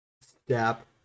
step